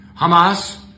Hamas